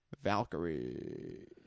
Valkyrie